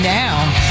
now